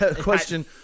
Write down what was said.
question